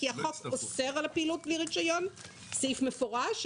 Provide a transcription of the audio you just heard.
כי החוק אוסר על פעילות בלי רישיון בסעיף מפורש,